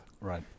Right